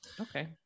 okay